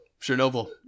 Chernobyl